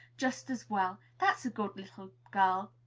just as well that's a good little girl.